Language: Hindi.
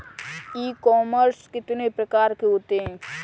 ई कॉमर्स कितने प्रकार के होते हैं?